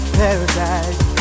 paradise